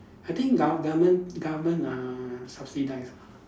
I think gover~ government government uh subsidise ah